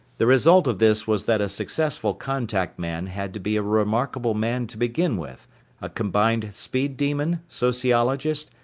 the result of this was that a successful contact man had to be a remarkable man to begin with a combined speed demon, sociologist,